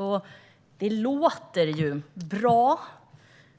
Och det låter ju bra: